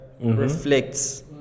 reflects